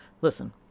Listen